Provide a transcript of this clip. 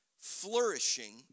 flourishing